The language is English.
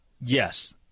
Yes